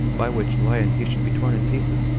by which lion he should be torn in pieces,